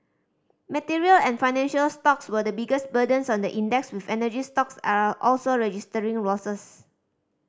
material and financial stocks were the biggest burdens on the index with energy stocks are also registering losses